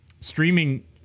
streaming